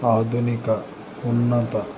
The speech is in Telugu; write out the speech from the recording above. ఆధునిక ఉన్నత